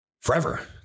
forever